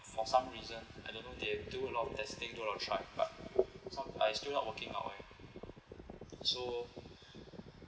for some reason I don't know they do a lot of testing do a lot of trial so~ uh it's still not working out well so